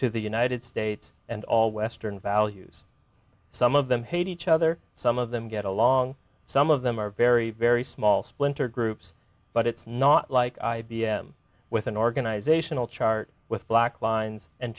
to the united states and all western values some of them hate each other some of them get along some of them are very very small splinter groups but it's not like i b m with an organizational chart with black lines and